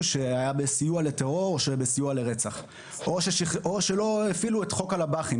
שהיה בסיוע לטרור או בסיוע לרצח או שלא הפעילו את חוק הלב"חים.